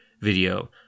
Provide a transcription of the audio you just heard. video